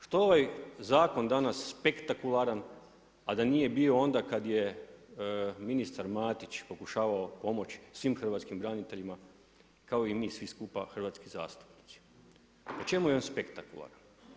Što je ovaj zakon danas sekularan, a da nije bio onda kada je ministar Matić pokušavao pomoći svim hrvatskim braniteljima kao mi svi skupa hrvatski zastupnici, po čemu je on spektakularan?